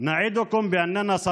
אנו מבטיחים